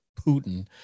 Putin